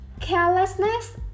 Carelessness